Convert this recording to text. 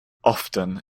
often